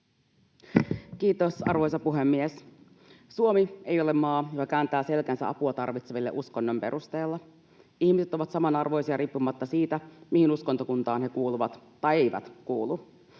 Kiitos, arvoisa puhemies! Suomi ei ole maa, joka kääntää selkänsä apua tarvitseville uskonnon perusteella. Ihmiset ovat samanarvoisia riippumatta siitä, mihin uskontokuntaan he kuuluvat tai eivät kuulu.